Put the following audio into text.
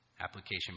application